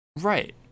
right